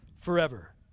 forever